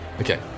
Okay